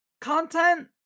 content